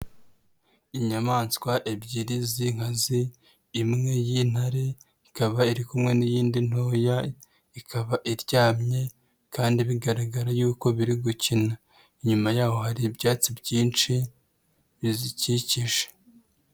Inyamaswa ebyiri z'inkazi imwe y'intare, ikaba iri kumwe n'iyindi ntoya, ikaba iryamye kandi bigaragara yuko biri gukina, inyuma yaho hari ibyatsi byinshi bizikikije.